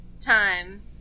time